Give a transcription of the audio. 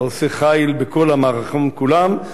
העושה חיל בכל המערכות כולן,